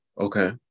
Okay